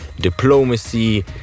diplomacy